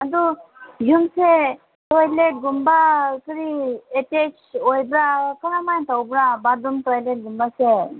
ꯑꯗꯨ ꯌꯨꯝꯁꯦ ꯇꯣꯏꯂꯦꯠꯀꯨꯝꯕ ꯀꯔꯤ ꯑꯦꯠꯇꯦꯁ ꯑꯣꯏꯕ꯭ꯔ ꯀꯔꯝꯊꯥꯏꯅ ꯇꯧꯕ꯭ꯔ ꯕꯥꯠꯔꯨꯝ ꯇꯣꯏꯂꯦꯠꯀꯨꯝꯕꯁꯦ